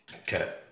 Okay